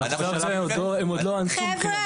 הם עוד לא אנסו מבחינת החוק.